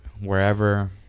wherever